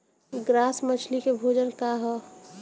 Grass मछली के भोजन का ह?